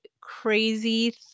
crazy